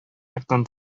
яктан